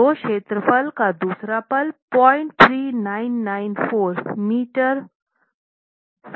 तो क्षेत्र फल का दूसरे पल 03994 m4 अनुमानित है